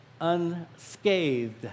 unscathed